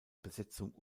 besetzung